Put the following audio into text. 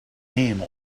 name